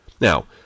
Now